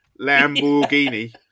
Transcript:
Lamborghini